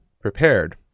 prepared